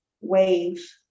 wave